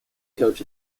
coach